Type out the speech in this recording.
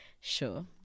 Sure